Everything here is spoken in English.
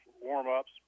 warm-ups